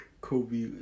Kobe